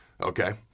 Okay